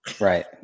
Right